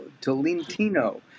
Tolentino